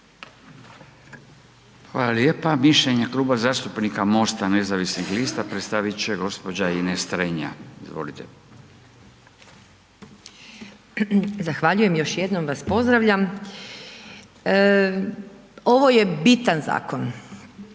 Hvala lijepa. Mišljenja Kluba zastupnika MOST-a nezavisnih lista predstavit će gđa. Ines Strenja, izvolite. **Strenja, Ines (Nezavisni)** Zahvaljujem i još jednom vas pozdravljam. Ovo je bitan zakon